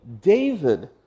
David